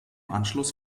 anschluss